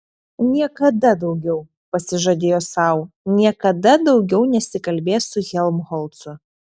niekada daugiau pasižadėjo sau niekada daugiau nesikalbės su helmholcu